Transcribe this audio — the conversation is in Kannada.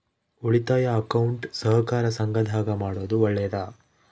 ಉಳಿತಾಯ ಅಕೌಂಟ್ ಸಹಕಾರ ಸಂಘದಾಗ ಮಾಡೋದು ಒಳ್ಳೇದಾ?